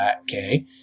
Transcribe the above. okay